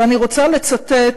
ואני רוצה לצטט